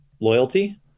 loyalty